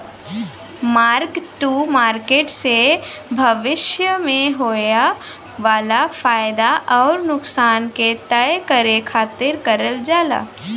mark to market से भविष्य में होये वाला फयदा आउर नुकसान क तय करे खातिर करल जाला